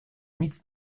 nic